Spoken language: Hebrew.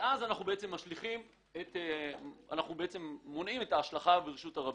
מונעים את ההשלכה ברשות הרבים.